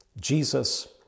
Jesus